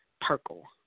purple